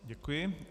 Děkuji.